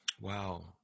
Wow